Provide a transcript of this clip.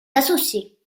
associés